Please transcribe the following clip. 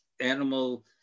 animal